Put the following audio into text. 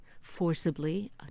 forcibly